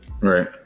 right